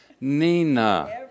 Nina